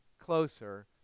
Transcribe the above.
closer